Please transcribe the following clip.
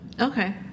Okay